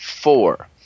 four